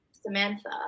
Samantha